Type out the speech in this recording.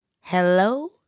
Hello